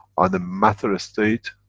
on the matter-state,